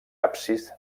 absis